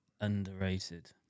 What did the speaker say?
underrated